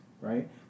right